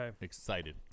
excited